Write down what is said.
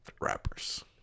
Rappers